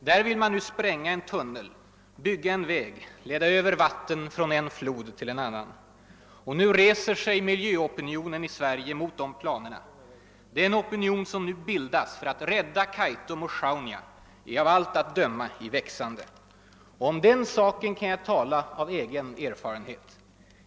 Där vill man nu spränga en tunnel, bygga en väg, leda över vatten från en flod till en annan. Nu reser sig miljöopinionen i Sverige i protest mot de planerna. Den opinion som nu bildas för att rädda Kaitum och Sjaunja är av allt att döma i växande. Om den saken kan jag tala av egen erfarenhet.